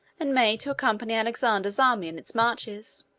and made to accompany alexander's army in its marches.